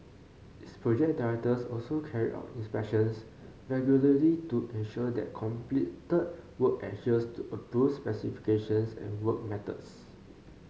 its project directors also carry out inspections regularly to ensure that completed work adheres to approved specifications and work methods